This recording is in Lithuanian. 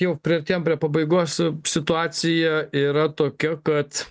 jau priartėjom prie pabaigos situacija yra tokia kad